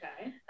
Okay